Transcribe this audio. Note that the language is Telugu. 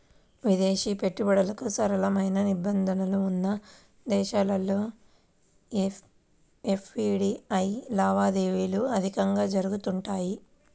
విదేశీ పెట్టుబడులకు సరళమైన నిబంధనలు ఉన్న దేశాల్లో ఎఫ్డీఐ లావాదేవీలు అధికంగా జరుగుతుంటాయి